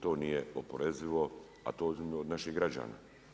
To nije oporezivo, a to uzimlju od naših građana.